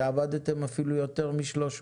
שעבדתם אפילו יותר מ-300.